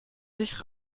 sich